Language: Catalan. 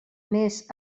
més